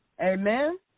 Amen